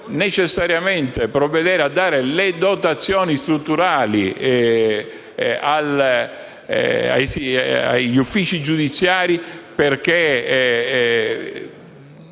necessariamente provvedere a dare le dotazioni strutturali agli uffici giudiziari, perché